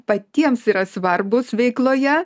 patiems yra svarbūs veikloje